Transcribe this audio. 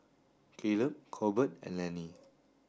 Kaleb Corbett and Lennie